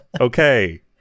Okay